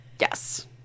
Yes